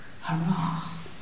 Hurrah